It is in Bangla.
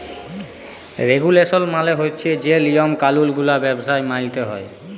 রেগুলেসল মালে হছে যে লিয়ম কালুল গুলা ব্যবসায় মালতে হ্যয়